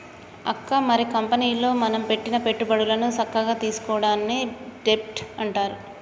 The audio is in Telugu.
అక్క మరి కంపెనీలో మనం పెట్టిన పెట్టుబడులను సక్కగా తీసుకోవడాన్ని డెబ్ట్ అంటారు